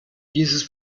dieses